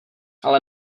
ale